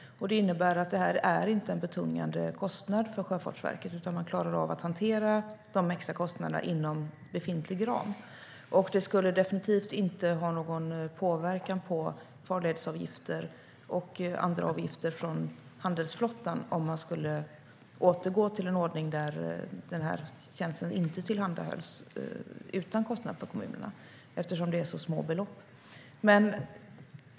Det innebär att detta inte är någon betungande kostnad för Sjöfartsverket, utan man klarar av att hantera de extra kostnaderna inom befintlig ram. Det skulle definitivt inte ha någon påverkan på farledsavgifter eller andra avgifter från handelsflottan om man skulle återgå till en ordning där den här tjänsten inte tillhandahölls utan kostnad för kommunerna, eftersom det är så små belopp.